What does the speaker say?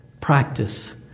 practice